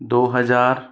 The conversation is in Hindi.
दो हज़ार